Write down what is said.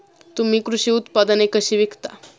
तुम्ही कृषी उत्पादने कशी विकता?